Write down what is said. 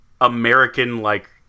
American-like